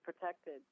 protected